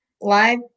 live